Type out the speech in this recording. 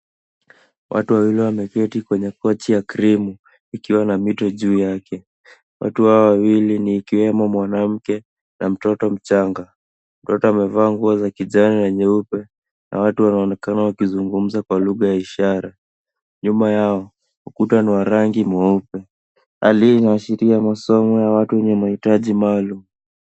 Watu wawili wameketi kwenye kochi ya krimu ikiwa na vitu juu yake hao wawili ni ikiwemo mwanamke na mtoto mchanga. Mtoto amevaa nguo za kijani na nyeupe na watu wanaonekana wkizungumza kwa lugha ya ishara. Nyuma yao, ukuta ni wa rangi nyeupe. Hali hii inaashiria masomo ya watu wenye mahitaji maalum.